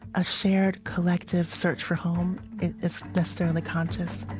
a shared collective search for home is necessarily conscious